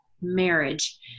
marriage